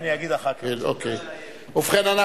ואני לא צריך להגיד מי זכאי לקצבת הביטוח הלאומי,